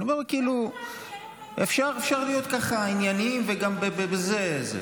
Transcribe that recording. אפשר להיות ענייניים גם בזה.